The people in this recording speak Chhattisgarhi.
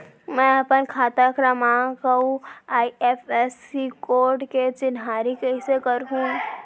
मैं अपन खाता क्रमाँक अऊ आई.एफ.एस.सी कोड के चिन्हारी कइसे करहूँ?